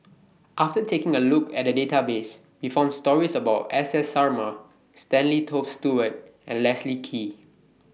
after taking A Look At The Database We found stories about S S Sarma Stanley Toft Stewart and Leslie Kee